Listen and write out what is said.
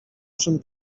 czym